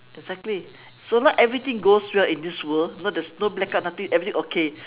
exactly so not everything goes right in this world you know there's no blackout nothing everything okay